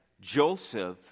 Joseph